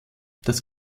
das